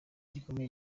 gikomeye